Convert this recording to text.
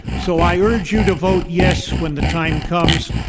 so, i urge you to vote yes when the time comes,